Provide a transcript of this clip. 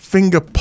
Finger